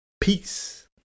Peace